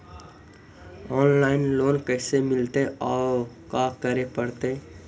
Online loan कैसे मिलतै औ का करे पड़तै?